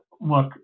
Look